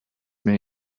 may